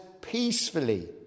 peacefully